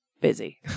busy